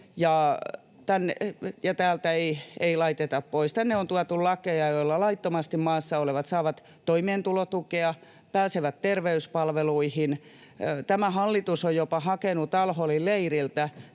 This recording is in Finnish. täältä ei laiteta pois. Tänne on tuotu lakeja, joilla laittomasti maassa olevat saavat toimeentulotukea ja pääsevät terveyspalveluihin. Tämä hallitus on jopa hakenut al-Holin leiriltä